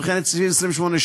וכן את סעיפים 28(6),